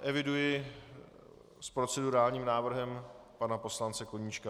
Eviduji s procedurálním návrhem pana poslance Koníčka.